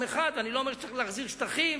אחד ואני לא אומר שצריך להחזיר שטחים.